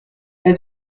elle